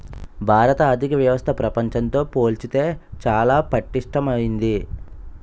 భారత ఆర్థిక వ్యవస్థ ప్రపంచంతో పోల్చితే చాలా పటిష్టమైంది